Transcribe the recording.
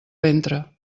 ventre